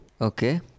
Okay